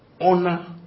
honor